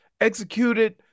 executed